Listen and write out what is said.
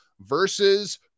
versus